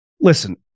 listen